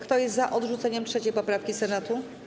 Kto jest za odrzuceniem 3. poprawki Senatu?